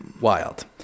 Wild